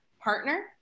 partner